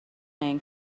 این